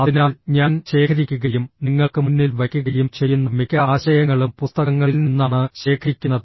അതിനാൽ ഞാൻ ശേഖരിക്കുകയും നിങ്ങൾക്ക് മുന്നിൽ വയ്ക്കുകയും ചെയ്യുന്ന മിക്ക ആശയങ്ങളും പുസ്തകങ്ങളിൽ നിന്നാണ് ശേഖരിക്കുന്നത്